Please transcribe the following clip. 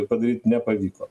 padaryt nepavyko